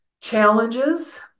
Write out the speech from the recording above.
challenges